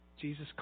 Jesus